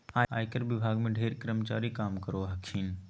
आयकर विभाग में ढेर कर्मचारी काम करो हखिन